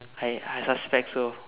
I I suspect so